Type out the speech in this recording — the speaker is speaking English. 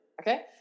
okay